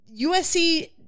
USC